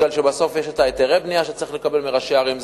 כי בסוף את היתרי הבנייה צריך לקבל מראשי ערים.